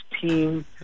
team